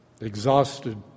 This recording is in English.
exhausted